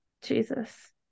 Jesus